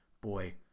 boy